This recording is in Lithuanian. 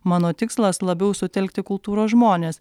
mano tikslas labiau sutelkti kultūros žmones